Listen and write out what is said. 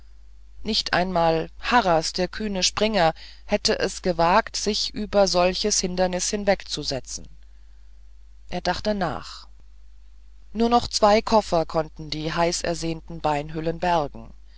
nicht einmal harras der kühne springer hätte es gewagt sich über solche hindernisse hinwegzusetzen er dachte nach nur noch zwei koffer konnten die heißersehnten beinhüllen bergen